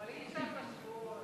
אבל אי-אפשר להשוות.